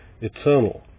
eternal